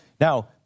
Now